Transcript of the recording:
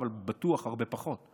אבל בטוח הרבה פחות.